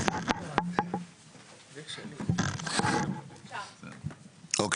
בהמשך למה